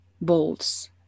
bolts